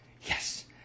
yes